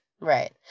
Right